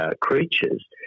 creatures